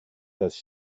does